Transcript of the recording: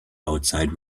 outside